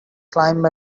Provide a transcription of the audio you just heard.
climb